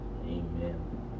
Amen